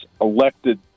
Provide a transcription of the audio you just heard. elected